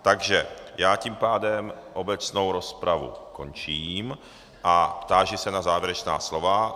Takže tím pádem obecnou rozpravu končím a táži se na závěrečná slova.